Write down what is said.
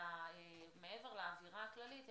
מעבר לאווירה הכללית,